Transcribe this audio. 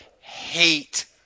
hate